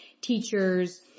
teachers